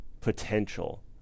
potential